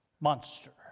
Monster